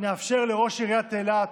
נאפשר לראש עיריית אילת,